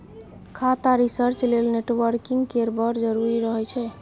खाता रिसर्च लेल नेटवर्किंग केर बड़ जरुरी रहय छै